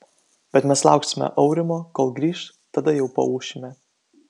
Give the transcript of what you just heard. bet mes lauksime aurimo kol grįš tada jau paūšime